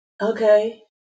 Okay